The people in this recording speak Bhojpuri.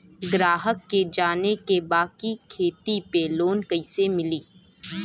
ग्राहक के जाने के बा की खेती पे लोन कैसे मीली?